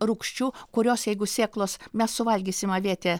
rūgščių kurios jeigu sėklos mes suvalgysim avietę